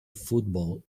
football